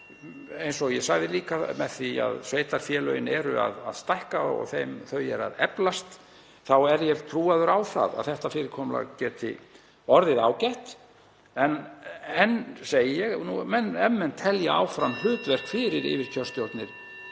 Eins og ég sagði líka: Með því að sveitarfélögin eru að stækka og þau eru að eflast er ég trúaður á að þetta fyrirkomulag geti orðið ágætt. En enn segi ég: Ef menn telja áfram (Forseti hringir.) hlutverk fyrir yfirkjörstjórnir